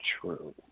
true